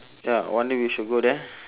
ya one day we should go there